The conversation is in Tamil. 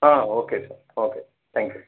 ah okay sir okay thank you